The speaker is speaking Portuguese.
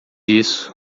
isso